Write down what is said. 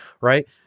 right